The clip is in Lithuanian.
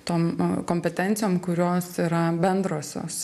tom kompetencijom kurios yra bendrosios